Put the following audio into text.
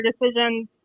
decisions